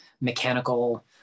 mechanical